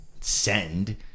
send